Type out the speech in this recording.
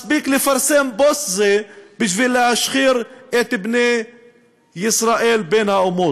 מספיק לפרסם פוסט זה בשביל להשחיר את פני ישראל בין האומות.